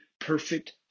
perfect